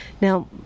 Now